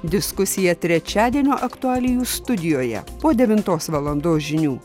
diskusija trečiadienio aktualijų studijoje po devintos valandos žinių